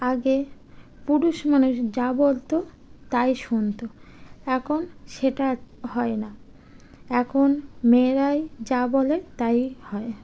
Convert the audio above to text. আগে পুরুষ মানুষ যা বলতো তাই শুনতো এখন সেটা হয় না এখন মেয়েরাই যা বলে তাই হয়